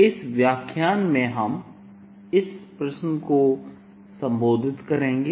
इस व्याख्यान में हम इस प्रश्न को संबोधित करेंगे